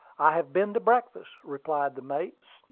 i have been to breakfast, replied the mate,